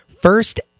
First